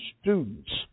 students